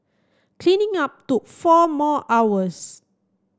cleaning up took four more hours